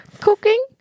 Cooking